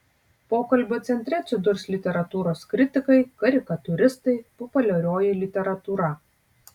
pokalbio centre atsidurs literatūros kritikai karikatūristai populiarioji literatūra